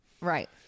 Right